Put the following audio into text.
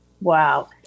wow